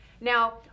Now